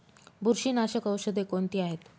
बुरशीनाशक औषधे कोणती आहेत?